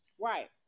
Right